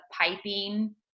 piping